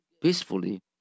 peacefully